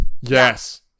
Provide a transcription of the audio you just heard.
Yes